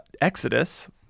exodus